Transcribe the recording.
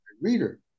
reader